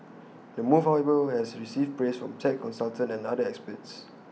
the move however has received praise from tax consultants and other experts